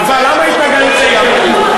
חבר הכנסת בר,